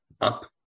up